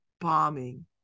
bombing